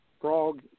frog